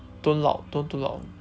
don't lock don't lock